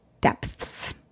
depths